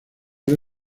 era